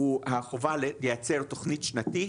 הוא החובה לייצר תוכנית שנתית.